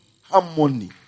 harmony